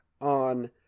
on